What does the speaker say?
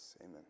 Amen